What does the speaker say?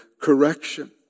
correction